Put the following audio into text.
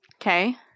Okay